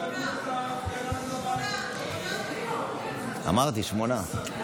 זה שמונה, אמרתי, שמונה.